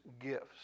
gifts